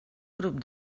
grup